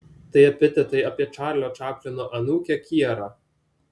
tai epitetai apie čarlio čaplino anūkę kierą